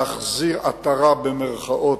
להחזיר עטרה ליושנה, במירכאות,